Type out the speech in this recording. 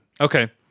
Okay